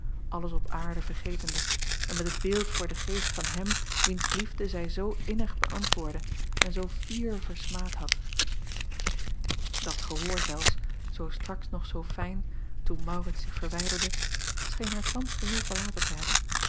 alles op aarde vergetende en met het beeld voor den geest van hem wiens liefde zij zoo innig beäntwoordde en zoo fier versmaad had at gehoor zelfs zoo straks nog zoo fijn toen aurits zich verwijderde scheen haar thans geheel verlaten te hebben